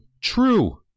True